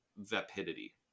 vapidity